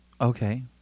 okay